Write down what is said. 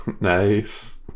Nice